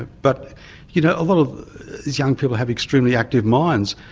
but you know a lot of young people have extremely active minds,